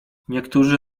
niektórzy